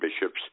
bishops